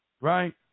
Right